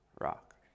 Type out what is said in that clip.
rock